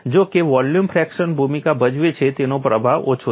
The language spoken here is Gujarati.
જો કે વોલ્યુમ ફ્રેક્શન ભૂમિકા ભજવે છે તેનો પ્રભાવ ઓછો છે